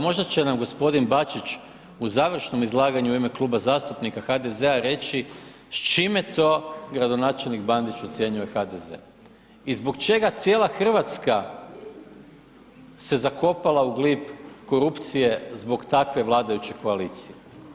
Možda će nam gospodin Bačić u završnom izlaganju u ime Kluba zastupnika HDZ-a s čime to gradonačelnik Bandić ucjenjuje HDZ i zbog čega cijela Hrvatska se zakopala u glib korupcije zbog takve vladajuće koalicije.